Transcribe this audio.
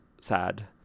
sad